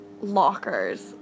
lockers